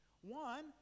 One